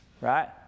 right